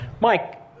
Mike